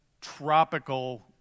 tropical